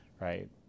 right